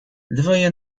dwoje